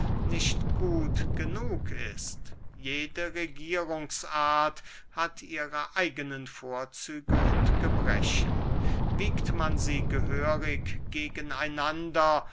nicht gut genug ist jede regierungsart hat ihre eigene vorzüge und gebrechen wiegt man sie gehörig gegen